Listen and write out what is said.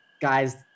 Guys